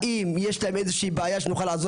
האם יש להם איזושהי בעיה שנוכל לעזור